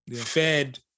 fed